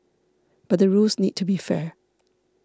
but the rules need to be fair